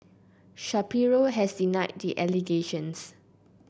Shapiro has denied the allegations